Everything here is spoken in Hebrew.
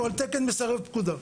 הוא על תקן מסרב פקודה.